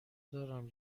دارم